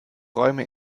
räume